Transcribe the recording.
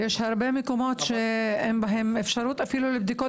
אבל --- יש הרבה מקומות שאין בהם אפשרות אפילו לבדיקות